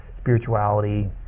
spirituality